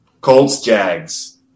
Colts-Jags